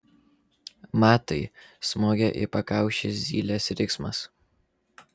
matai smogė į pakaušį zylės riksmas